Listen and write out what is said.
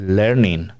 learning